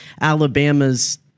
Alabama's